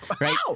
Right